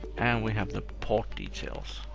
and we have the port details.